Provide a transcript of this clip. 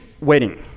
wedding